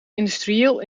industrieel